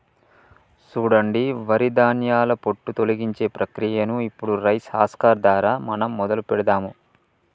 సూడండి వరి ధాన్యాల పొట్టు తొలగించే ప్రక్రియను ఇప్పుడు రైస్ హస్కర్ దారా మనం మొదలు పెడదాము